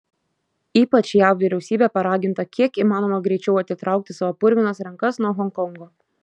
ypač jav vyriausybė paraginta kiek įmanoma greičiau atitraukti savo purvinas rankas nuo honkongo